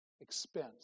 expense